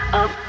up